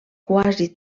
quasi